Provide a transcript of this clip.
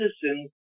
citizens